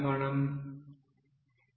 15 0